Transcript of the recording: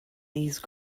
these